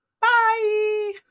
bye